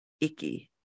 icky